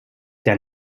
der